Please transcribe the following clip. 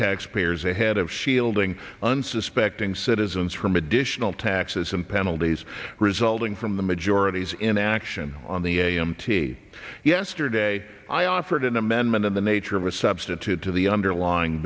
taxpayers ahead of shielding unsuspecting citizens from additional taxes and penalties resulting from the majority's inaction on the a m t yesterday i offered an amendment in the nature of a substitute to the underlying